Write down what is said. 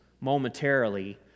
momentarily